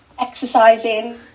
exercising